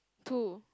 two